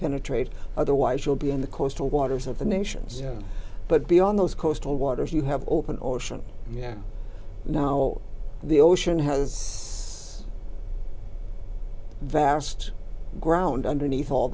penetrate otherwise you'll be in the coastal waters of the nations but beyond those coastal waters you have open ocean yeah now the ocean has vast ground underneath all